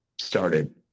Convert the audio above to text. started